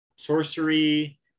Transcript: sorcery